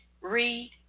Read